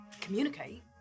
communicate